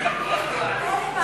בכול אשמה